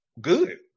good